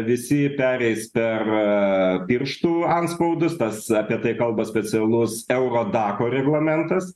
visi pereis per pirštų antspaudus tas apie tai kalba specialus euro dako reglamentas